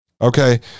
okay